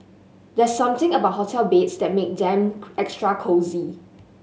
there's something about hotel beds that make them extra cosy